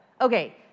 Okay